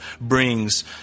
brings